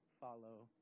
follow